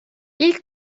i̇lk